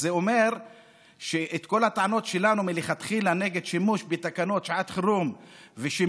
אז זה אומר שכל הטענות שלנו מלכתחילה נגד שימוש בתקנות שעת חירות ושימוש